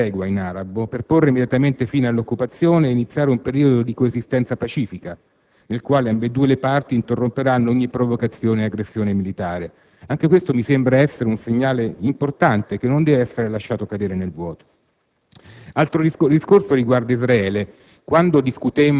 di Haniyeh, che dà la disponibilità ad entrare in una *Hudna* (tregua in arabo) per porre immediatamente fine all'occupazione ed iniziare un periodo di coesistenza pacifica, nel quale ambedue le parti interromperanno ogni provocazione e aggressione militare. Anche questo mi sembra un segnale importante, che non dev'essere lasciato cadere nel vuoto.